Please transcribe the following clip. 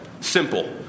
Simple